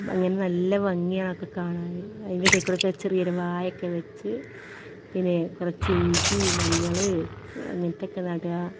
അങ്ങനെ നല്ല ഭംഗിയാണ് അതൊക്കെ കാണാൻ അതിൻ്റെ അടീക്കൂടി ഒക്കെ ചെറിയ ഒരു വാഴ ഒക്കെ വെച്ച് പിന്നെ കുറച്ച് ഇഞ്ചി മഞ്ഞൾ അങ്ങനത്തെ ഒക്കെ നടുക